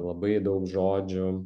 labai daug žodžių